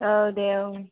औ दे